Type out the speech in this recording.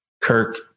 Kirk